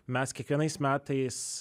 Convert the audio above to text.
mes kiekvienais metais